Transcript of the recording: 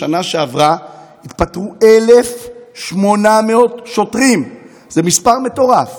בשנה שעברה התפטרו 1,800 שוטרים, זה מספר מטורף.